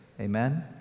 Amen